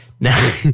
Now